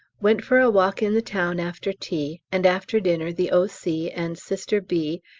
went for a walk in the town after tea, and after dinner the o c. and sister b.